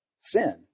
sin